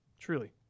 Truly